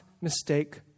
mistake